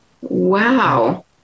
Wow